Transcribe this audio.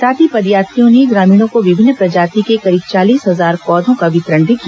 साथ ही पदयात्रियों ने ग्रामीणों को विभिन्न प्रजाति के करीब पौधों का वितरण भी किया